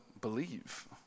believe